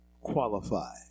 qualify